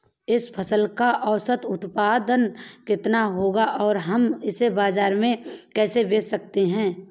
इस फसल का औसत उत्पादन कितना होगा और हम इसे बाजार में कैसे बेच सकते हैं?